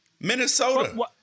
Minnesota